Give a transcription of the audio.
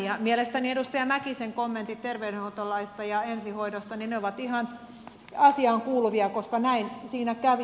ja mielestäni edustaja mäkisen kommentit terveydenhuoltolaista ja ensihoidosta ovat ihan asiaan kuuluvia koska näin siinä kävi